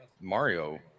Mario